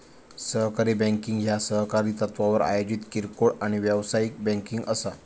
सहकारी बँकिंग ह्या सहकारी तत्त्वावर आयोजित किरकोळ आणि व्यावसायिक बँकिंग असा